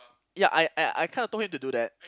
ya I I I kinda told him to do that